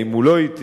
האם הוא לא אטי,